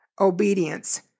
obedience